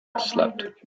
slept